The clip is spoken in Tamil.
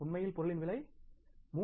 உண்மையில் பொருளின் விலை 3